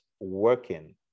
working